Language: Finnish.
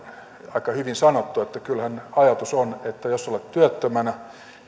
aika hyvin sanottu että kyllähän ajatus on että jos olet työttömänä